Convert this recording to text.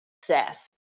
success